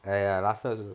!aiya! last time also